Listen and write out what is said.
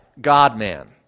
God-man